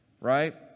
Right